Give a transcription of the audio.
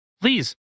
please